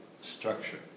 structure